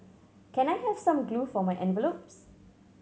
can I have some glue for my envelopes